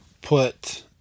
put